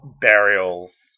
Burials